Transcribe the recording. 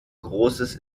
großes